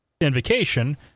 invocation